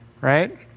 right